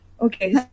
okay